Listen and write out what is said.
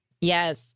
Yes